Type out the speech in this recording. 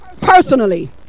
personally